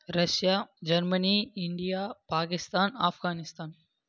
Russia Germany India Pakistan Afghanistan